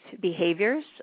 behaviors